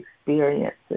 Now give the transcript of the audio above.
experiences